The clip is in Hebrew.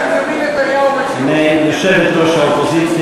אדוני היושב-ראש.